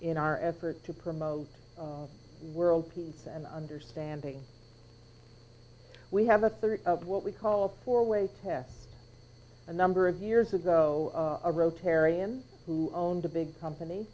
in our effort to promote world peace and understanding we have a third of what we call a four way test a number of years ago a rotarian who owned a big company